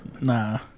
Nah